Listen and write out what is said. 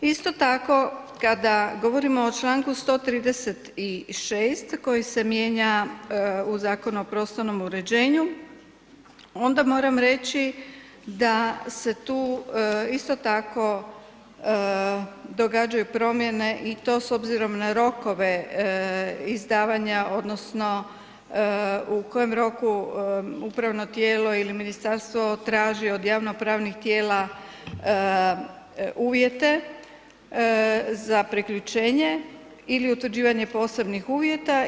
Isto tako kada govorimo o članku 136 koji se mijenja u Zakonu o prostornom uređenju, onda moram reći da se tu isto tako događaju promjene i to s obzirom na rokove izdavanja odnosno u kojem roku upravno tijelo ili ministarstvo traži od javno pravnih tijela uvjete za priključenje ili utvrđivanje posebnih uvjeta.